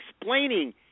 explaining